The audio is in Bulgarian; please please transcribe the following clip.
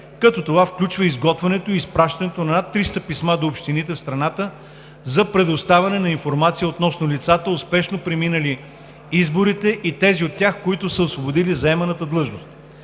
като това включва изготвянето и изпращането на над 300 писма до общините в страната за предоставяне на информация относно лицата, успешно преминали изборите и тези от тях, които са освободили заеманата длъжност,